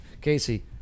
Casey